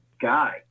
guy